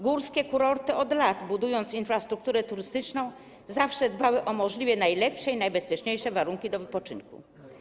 Górskie kurorty od lat, budując infrastrukturę turystyczną, zawsze dbały o możliwie najlepsze i najbezpieczniejsze warunki do wypoczynku.